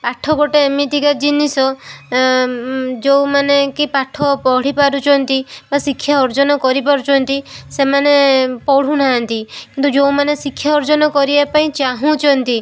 ପାଠ ଗୋଟେ ଏମିତିକା ଜିନିଷ ଯେଉଁମାନେ କି ପାଠ ପାଢ଼ିପାରୁଛନ୍ତି ବା ଶିକ୍ଷା ଅର୍ଜନ କରିପାରୁଛନ୍ତି ସେମାନେ ପଢ଼ୁନାହାନ୍ତି କିନ୍ତୁ ଯେଉଁମାନେ ଶିକ୍ଷା ଅର୍ଜନ କରିବା ପାଇଁ ଚାହୁଁଛନ୍ତି